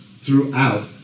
throughout